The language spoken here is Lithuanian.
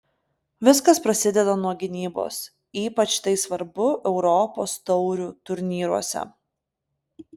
viskas prasideda nuo gynybos ypač tai svarbu europos taurių turnyruose